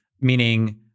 Meaning